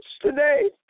today